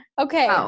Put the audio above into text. Okay